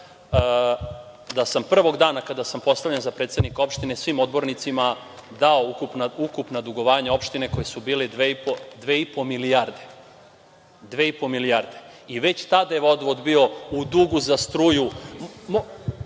sam prvog dana kada sam postavljen za predsednika opštine svim odbornicima dao ukupna dugovanja opštine koja su bila 2,5 milijarde, 2,5 milijarde i već tada je vodovod bio u dugu za